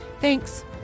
Thanks